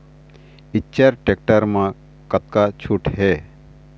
Eicher tractor म कतका छूट हे?